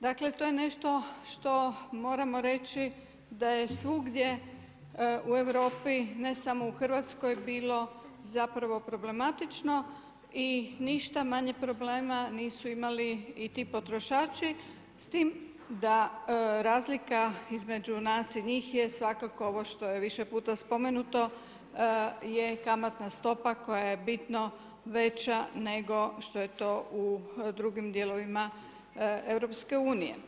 Dakle, to je nešto što moramo reći da je svugdje u Europi ne samo u Hrvatskoj bilo zapravo problematično i ništa manje problema nisu imali i ti potrošači, s tim da razlika između nas i njih je svakako ovo što je više puta spomenuto je kamatna stopa koja je bitno veća nego što je to u drugim dijelovima EU.